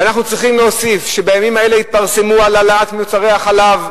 ואנחנו צריכים להוסיף שבימים האלה התפרסם על העלאת מוצרי החלב,